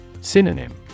Synonym